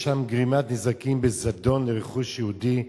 יש שם גרימת נזקים בזדון לרכוש יהודי,